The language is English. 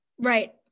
Right